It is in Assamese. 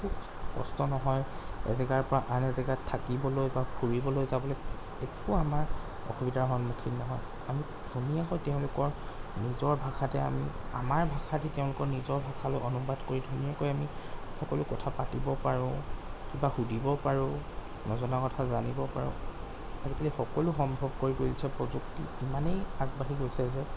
একো কষ্ট নহয় এজেগাৰপৰা আন এজেগাত থাকিবলৈ বা ফুৰিবলৈ যাবলৈ একো আমাৰ অসুবিধাৰ সন্মুখীন নহয় আমি ধুনীয়াকৈ তেওঁলোকৰ নিজৰ ভাষাতে আমি আমাৰ ভাষাদি তেওঁলোকৰ নিজৰ ভাষালৈ অনুবাদ কৰি ধুনীয়াকৈ আমি সকলো কথা পাতিব পাৰোঁ কিবা সুধিব পাৰোঁ নজনা কথা জানিব পাৰোঁ আজিকালি সকলো সম্ভৱ কৰি তুলিছে প্ৰযুক্তি ইমানেই আগবাঢ়ি গৈছে যে